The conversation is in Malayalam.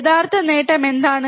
യഥാർത്ഥ നേട്ടം എന്താണ്